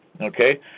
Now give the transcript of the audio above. Okay